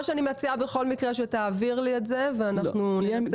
מה שאני מציעה בכל מקרה שתעביר לי את זה ואנחנו ננסה